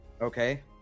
Okay